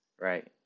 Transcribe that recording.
right